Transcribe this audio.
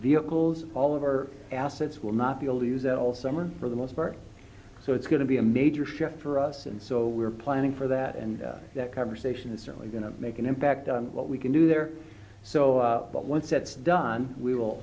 vehicles all of our assets will not be able to use it all summer for the most part so it's going to be a major shift for us and so we're planning for that and that conversation is certainly going to make an impact on what we can do there so but once it's done we will